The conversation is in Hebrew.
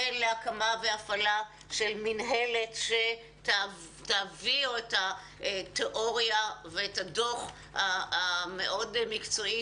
כן להקמה והפעלה של מינהלת שתעביר את התיאוריה ואת הדוח המאוד מקצועי